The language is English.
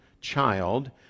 child